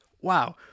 Wow